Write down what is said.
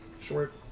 short